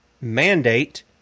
mandate